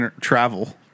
travel